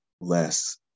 less